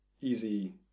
easy